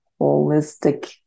holistic